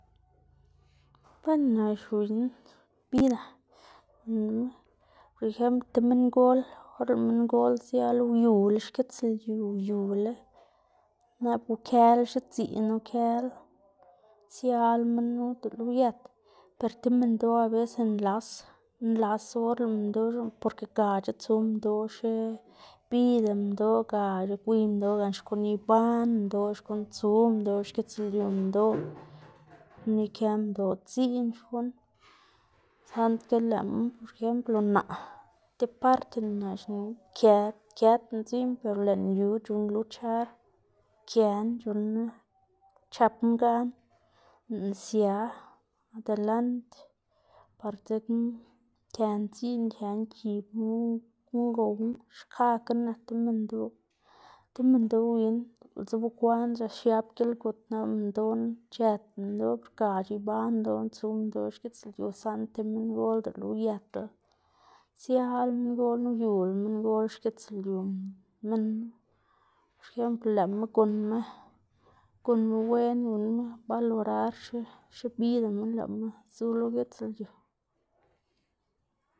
bueno naxwiyná bida, xnená por ejemplo ti minngol or lëꞌ minngol siala uyula xkitslyu, uyula nap ukëla xidziꞌn ukëlá, siala minn knu dele uyët, per ti minndoꞌ abeses nlas nlas or lëꞌ minndoꞌ c̲h̲ët porke gac̲h̲a tsu minndoꞌ xibida minndoꞌ gac̲h̲a gwiy minndoꞌ gan xkuꞌn iban minndoꞌ xkuꞌn tsu minndoꞌ xkitslyu minndoꞌ, xkuꞌn ikë minndoꞌ dziꞌn xkuꞌn, saꞌndga lëꞌma por ejemplo naꞌ ti parte naꞌ xnená këdná këdná dziꞌn ber lëꞌná yu c̲h̲unn luchar këná c̲h̲unn- ná xchepná gan, lëꞌná sia adelante, par dzekna këná dziꞌn këná kibná guꞌn guꞌn gowná, xkakga nak ti minndoꞌ, ti minndoꞌ win diꞌltsa bekwaꞌn c̲h̲a ba xiab gilgut nap lëꞌ minndoꞌ c̲h̲ët minndoꞌ gac̲h̲a iban minndoꞌ tsu minndoꞌ xkitslyu, saꞌnda ti minndol dele uyëtla, siala minngol knu uyula minngol xkitslyu minn, por ejemplo lëꞌma gunnma gunnma wen gunnma balorar xe- xebidama lëꞌma zu lo gitslyu.